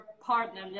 partner